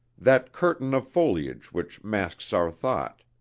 that curtain of foliage which masks our thought.